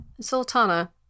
Sultana